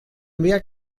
mehr